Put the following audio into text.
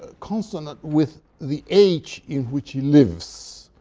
consonant with the age in which he lives,